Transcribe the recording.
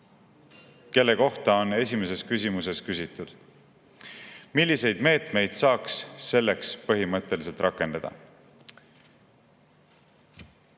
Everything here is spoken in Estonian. kelle kohta on esimeses küsimuses küsitud? Milliseid meetmeid saaks selleks põhimõtteliselt rakendada?